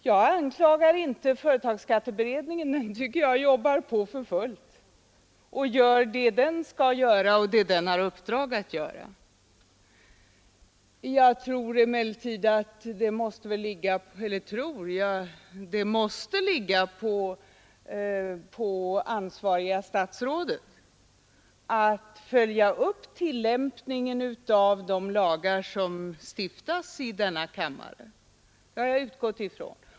Jag anklagar inte företagsskatteberedningen — jag tycker att den jobbar på för fullt och gör det den har i uppdrag att göra. Det måste ligga på det ansvariga statsrådet att följa upp tillämpningen av de lagar som stiftas i denna kammare.